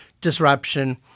disruption –